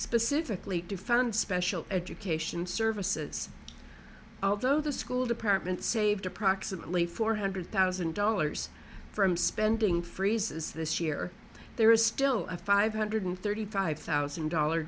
specifically to found special education services although the school department saved approximately four hundred thousand dollars from spending freezes this year there is still a five hundred thirty five thousand dollar